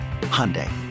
Hyundai